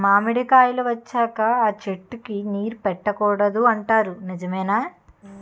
మామిడికాయలు వచ్చాక అ చెట్టుకి నీరు పెట్టకూడదు అంటారు నిజమేనా?